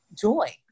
joy